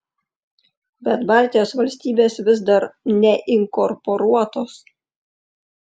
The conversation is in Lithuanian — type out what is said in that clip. bet baltijos valstybės vis dar neinkorporuotos